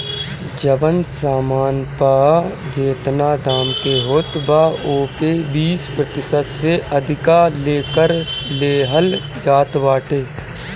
जवन सामान पअ जेतना दाम के होत बा ओपे बीस प्रतिशत से अधिका ले कर लेहल जात बाटे